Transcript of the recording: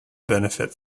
benefit